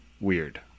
weird